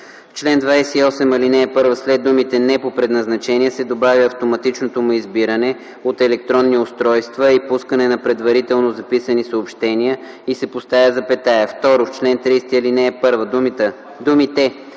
чл. 28, ал. 1 след думите „не по предназначение” се добавя „автоматичното му избиране от електронни устройства и пускане на предварително записани съобщения” и се поставя запетая. 2. В чл. 30, ал. 1 думите